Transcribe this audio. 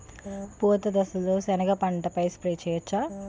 పూత దశలో సెనగ పంటపై స్ప్రే చేయచ్చా?